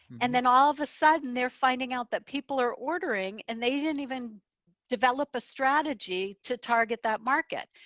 and then all of a sudden they're finding out that people are ordering and they didn't even develop a strategy to target that market.